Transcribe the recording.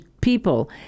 people